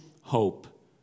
hope